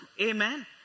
Amen